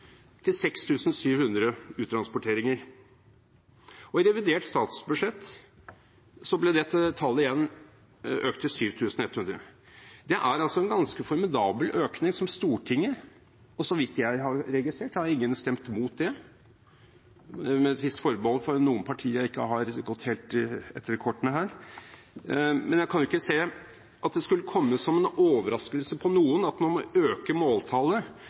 til 6 700 uttransporteringer – og ressurstilgangen. I revidert statsbudsjett ble dette tallet økt til 7 100. Det er en ganske formidabel økning, vedtatt av Stortinget. Så vidt jeg har registrert, har ingen stemt imot det – med et visst forbehold om noen partier, som jeg ikke har gått etter i kortene på dette. Jeg kan ikke se at det skulle komme som en overraskelse på noen at når man øker måltallet